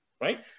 Right